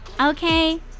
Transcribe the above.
Okay